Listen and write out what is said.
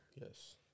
Yes